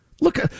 Look